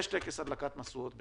יש טקס הדלקת משואות בקרוב,